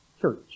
church